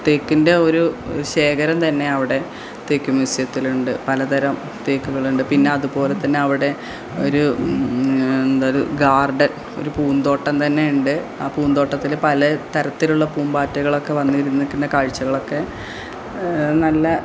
തേക്കിൻ്റെ ഒരു ശേഖരം തന്നെ അവിടെ തേക്ക് മ്യൂസിയത്തിലുണ്ട് പലതരം തേക്കുകളുണ്ട് പിന്നതുപോലെതന്നെ അവിടെ ഒരു എന്താ ഗാർഡൻ ഒരു പൂന്തോട്ടം തന്നെ ഉണ്ട് ആ പൂന്തോട്ടത്തിൽ പല തരത്തിലുള്ള പൂമ്പാറ്റകളൊക്കെ വന്നിരുന്നു നിൽക്കുന്ന കാഴ്ചകളൊക്കെ നല്ല